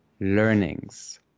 learnings